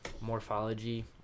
morphology